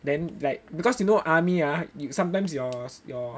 then like because you know army ah sometimes yours your